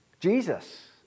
Jesus